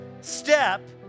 step